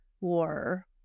war